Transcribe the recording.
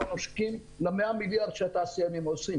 נושקים כמעט ל-100 מיליארד שהתעשיינים עושים.